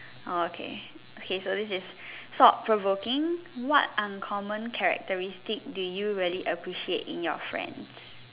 uh okay okay so this is stop provoking what uncommon characteristic do you really appreciate in your friends